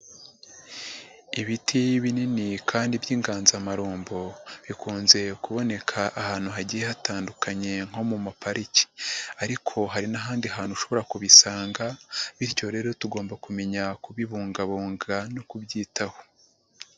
Ibiti binini kandi by'inganzamarumbo bikunze kuboneka ahantu hagiye hatandukanye nko mu mapariki, ariko hari n'ahandi hantu ushobora kubisanga bityo rero tugomba kumenya kubibungabunga no kubyitaho.